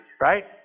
Right